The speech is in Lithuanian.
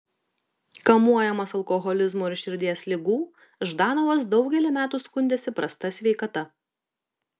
kamuojamas alkoholizmo ir širdies ligų ždanovas daugelį metų skundėsi prasta sveikata